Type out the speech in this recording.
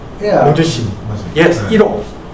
yes